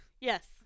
Yes